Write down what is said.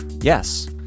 yes